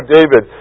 David